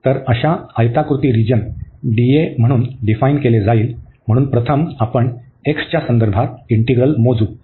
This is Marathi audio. तर अशा आयताकृती रिजन म्हणून डिफाईन केले जाईल म्हणून प्रथम आपण x च्या संदर्भात इंटीग्रल मोजू